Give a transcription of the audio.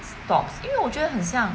stops 因为我觉得很像